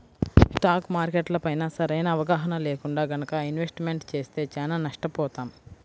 stock మార్కెట్లపైన సరైన అవగాహన లేకుండా గనక ఇన్వెస్ట్మెంట్ చేస్తే చానా నష్టపోతాం